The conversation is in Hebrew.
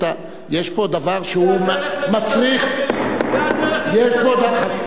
יש פה דבר שהוא מצריך, זה הדרך למשטרים אפלים.